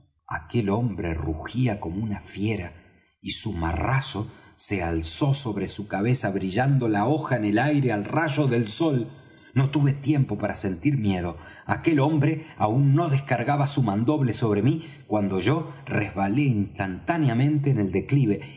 aquel hombre rugía como una fiera y su marrazo se alzó sobre su cabeza brillando la hoja en el aire al rayo del sol no tuve tiempo para sentir miedo aquel hombre aún no descargaba su mandoble sobre mí cuando yo resbalé instantáneamente en el declive